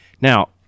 Now